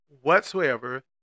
whatsoever